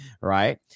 right